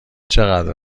چقدر